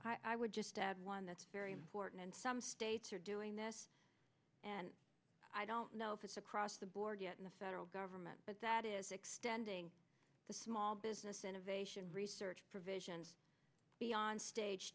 now i would just add one that's very important and some states are doing this and i don't know if it's across the board yet in the federal government but that is extending the small business innovation research provision beyond stage